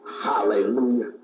hallelujah